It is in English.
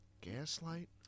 Gaslight